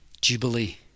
Jubilee